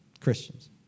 Christians